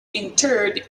interred